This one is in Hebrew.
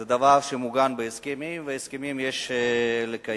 זה דבר שמעוגן בהסכמים, והסכמים יש לקיים.